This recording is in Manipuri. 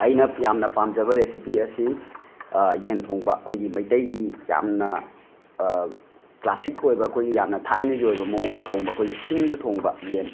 ꯑꯩꯅ ꯌꯥꯝꯅ ꯄꯥꯝꯖꯕ ꯔꯦꯁꯤꯄꯤ ꯑꯁꯤ ꯌꯦꯟ ꯊꯣꯡꯕ ꯑꯩꯈꯣꯏꯒꯤ ꯃꯩꯇꯩꯒꯤ ꯌꯥꯝꯅ ꯀ꯭ꯂꯥꯁꯤꯛ ꯑꯣꯏꯕ ꯑꯩꯈꯣꯏꯒꯤ ꯌꯥꯝꯅ ꯊꯥꯏꯅꯒꯤ ꯑꯣꯏꯕ ꯃꯑꯣꯡꯗ ꯊꯣꯡꯕ ꯑꯩꯈꯣꯏꯒꯤ ꯁꯤꯡꯗ ꯊꯣꯡꯕ ꯌꯦꯟ